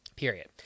period